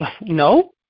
no